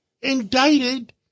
indicted